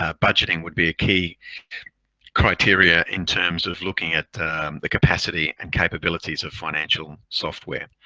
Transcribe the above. ah budgeting would be a key criteria in terms of looking at the capacity and capabilities of financial software.